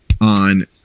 on